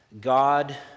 God